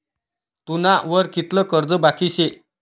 तुना वर कितलं कर्ज बाकी शे